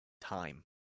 time